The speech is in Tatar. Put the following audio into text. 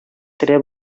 тере